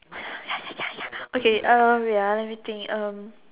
ya ya ya ya okay uh wait ah let me think um